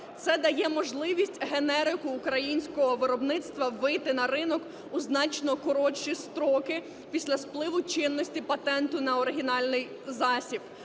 Це дає можливість генерику українського виробництва вийти на ринок у значно коротші строки після спливу чинності патенту на оригінальний засіб.